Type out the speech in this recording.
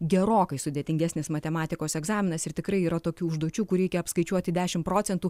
gerokai sudėtingesnis matematikos egzaminas ir tikrai yra tokių užduočių kur reikia apskaičiuoti dešim procentų